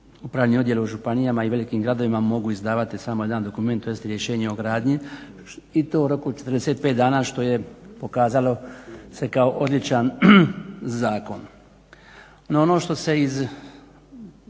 upravni odjel u županijama i velikim gradovima mogu izdavati samo jedan dokument tj. rješenje o gradnji i to u roku od 45 dana što je pokazalo se kao odličan zakon.